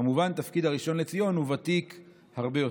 כמובן, תפקיד הראשון לציון הוא ותיק הרבה יותר.